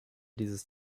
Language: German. dieses